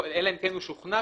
אלא אם כן, הוא שוכנע